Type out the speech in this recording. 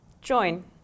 join